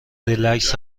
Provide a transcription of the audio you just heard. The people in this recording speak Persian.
ریلکس